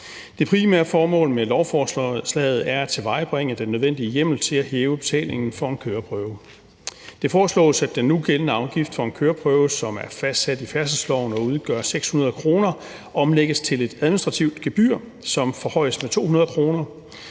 Det primære formål med lovforslaget er at tilvejebringe den nødvendige hjemmel til at hæve betalingen for en køreprøve. Det foreslås, at den nugældende afgift for en køreprøve, som er fastsat i færdselsloven og udgør 600 kr., omlægges til et administrativt gebyr, som forhøjes med 200 kr.